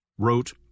wrote